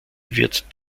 wird